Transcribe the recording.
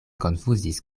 konfuzis